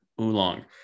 oolong